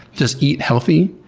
just eat healthy,